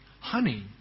honey